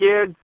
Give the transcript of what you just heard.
kids